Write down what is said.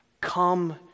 come